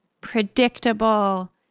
predictable